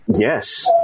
Yes